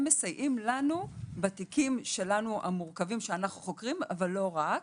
הם מסייעים לנו בתיקים המורכבים שלנו אבל לא רק.